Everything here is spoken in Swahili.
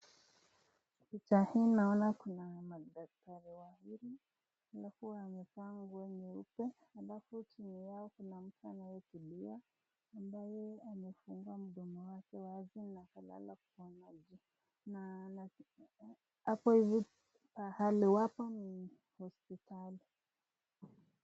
Picha hii naona kuna madaktari wawili alafu wamevaa nguo nyeupe alafu chini yao kuna mtu anayetibiwa ambaye amefunguwa mdomo wake wazi na amelala kwa maji na hapa hivi pahali wako ni hospitali.